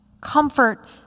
Comfort